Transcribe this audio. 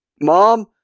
Mom